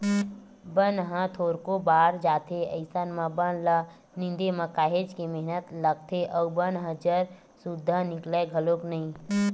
बन ह थोरको बाड़ जाथे अइसन म बन ल निंदे म काहेच के मेहनत लागथे अउ बन ह जर सुद्दा निकलय घलोक नइ